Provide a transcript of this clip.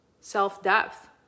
self-depth